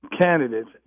candidates